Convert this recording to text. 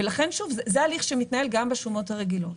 ולכן, שוב, זה הליך שמתנהל גם בשומות הרגילות,